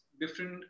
different